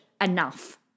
enough